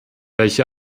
welche